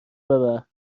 ببر